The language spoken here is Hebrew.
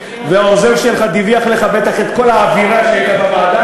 והעוזר שלך בטח דיווח לך על כל האווירה באווירה,